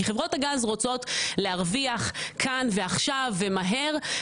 כי חברות הגז רוצות להרוויח כאן ועכשיו ומהר,